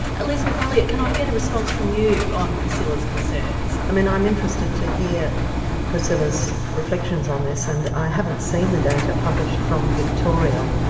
elizabeth elliot, can i get a response from you on priscilla's concerns? i'm and i'm interested to hear priscilla's reflections on this and i haven't seen the data published from victoria.